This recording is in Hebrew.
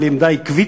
אבל היא עמדה עקבית,